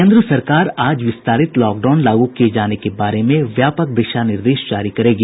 केन्द्र सरकार आज विस्तारित लॉकडाउन लागू किए जाने के बारे में व्यापक दिशानिर्देश जारी करेगी